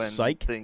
Psych